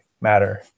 matter